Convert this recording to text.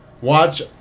Watch